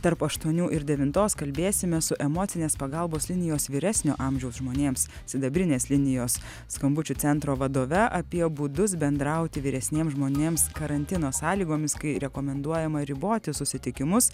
tarp aštuonių ir devintos kalbėsime su emocinės pagalbos linijos vyresnio amžiaus žmonėms sidabrinės linijos skambučių centro vadove apie būdus bendrauti vyresniems žmonėms karantino sąlygomis kai rekomenduojama riboti susitikimus